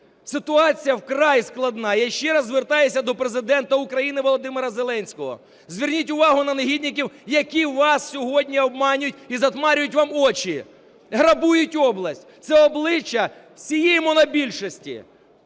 Ситуація вкрай складна. Я ще раз звертаюся до Президента України Володимира Зеленського. Зверніть увагу на негідників, які вас сьогодні обманюють і затьмарюють вам очі, грабують область . Це обличчя всієї монобільшості.